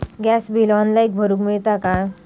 Gas bill online भरुक मिळता काय?